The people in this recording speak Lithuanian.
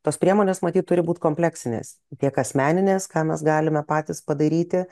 tos priemonės matyt turi būt kompleksinės tiek asmeninės ką mes galime patys padaryti